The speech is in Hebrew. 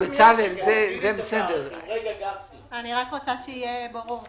אני רוצה שיהיה ברור.